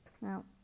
Now